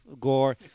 gore